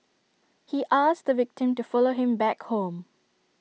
he asked the victim to follow him back home